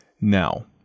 now